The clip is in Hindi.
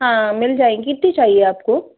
हाँ मिल जाएगी कितनी चाहिए आपको